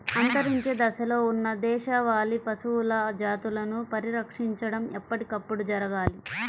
అంతరించే దశలో ఉన్న దేశవాళీ పశువుల జాతులని పరిరక్షించడం ఎప్పటికప్పుడు జరగాలి